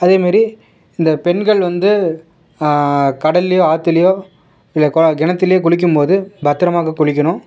அதேமாதிரி இந்த பெண்கள் வந்து கடல்லேயோ ஆற்றுலையோ இல்லை கொ கிணத்துலையோ குளிக்கும்போது பத்திரமாக குளிக்கணும்